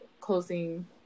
closing